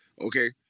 Okay